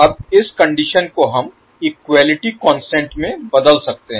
अब इस कंडीशन को हम इक्वलिटी कांस्टेंट में बदल सकते हैं